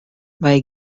vai